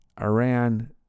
iran